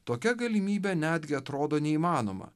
tokia galimybė netgi atrodo neįmanoma